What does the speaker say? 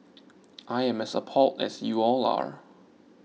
I am as appalled as you all are